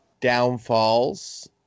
downfalls